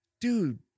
Dude